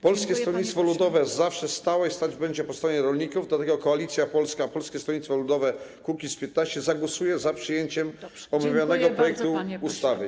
Polskie Stronnictwo Ludowe zawsze stało i stać będzie po stronie rolników, dlatego Koalicja Polska - Polskie Stronnictwo Ludowe - Kukiz15 zagłosuje za przyjęciem omawianego projektu ustawy.